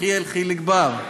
יחיאל חיליק בר,